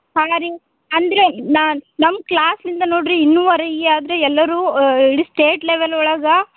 ಆಗ ರೀ ಅಂದರೆ ನಮ್ಮ ಕ್ಲಾಸ್ ಇಂದ ನೋಡ್ರಿ ಇನ್ನುವರೆಗೆ ಆದರೆ ಎಲ್ಲರೂ ಇಡೀ ಸ್ಟೇಟ್ ಲೆವೆಲ್ ಒಳಗೆ